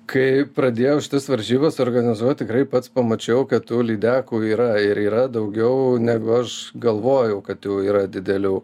kai pradėjau šitas varžybas organizuot tikrai pats pamačiau kad tų lydekų yra ir yra daugiau negu aš galvojau kad jų yra didelių